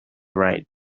right